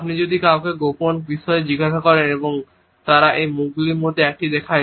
আপনি যদি কাউকে গোপন বিষয়ে জিজ্ঞাসা করেন এবং তারা এই মুখগুলির মধ্যে একটি দেখায়